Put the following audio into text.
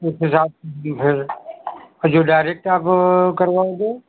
तो फिर आप है और जो डायरेक्ट आप करवाओगे